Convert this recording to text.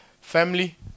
Family